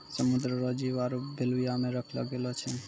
समुद्र रो जीव आरु बेल्विया मे रखलो गेलो छै